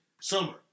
summer